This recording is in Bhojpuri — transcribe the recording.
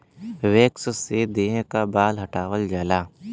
वैक्स से देह क बाल हटावल जाला